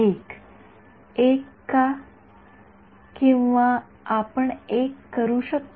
विद्यार्थी १ १ १ का किंवा आपण १ करू शकता